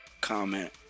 comment